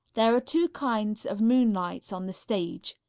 there are two kinds of moonlights on the stage.